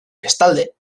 bestalde